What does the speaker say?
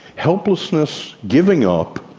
helplessness, giving up,